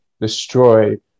destroy